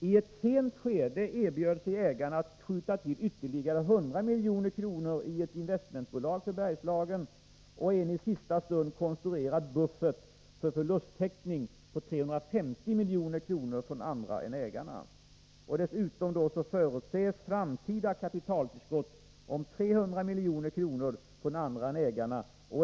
I ett sent skede erbjöd sig ägarna att skjuta till ytterligare 100 milj.kr. i ett investmentbolag i Bergslagen och en i sista stund konstruerad buffert för förlusttäckning på 350 milj.kr. från andra än ägarna. Dessutom förutses framtida kapitaltillskott om 300 milj.kr. från andra än ägarna.